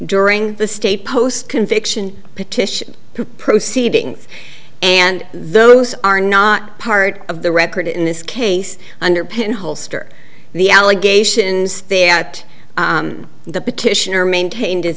during the state post conviction petition proceeding and those are not part of the record in this case underpin holster the allegations there at the petitioner maintained